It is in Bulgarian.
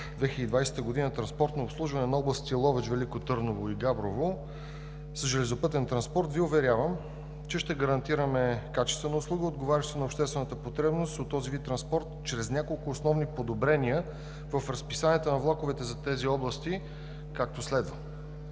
2020 г. транспортно обслужване на областите Ловеч, Велико Търново и Габрово с железопътен транспорт Ви уверявам, че ще гарантираме качествена услуга, отговаряща на обществената потребност от този вид транспорт чрез няколко основни подобрения в разписанията на влаковете за тези области, както следва: